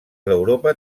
d’europa